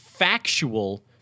factual